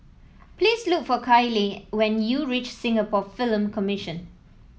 please look for Kyleigh when you reach Singapore Film Commission